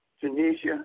Tunisia